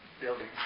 building